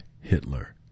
Hitler